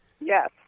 Yes